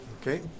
okay